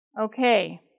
Okay